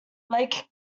lake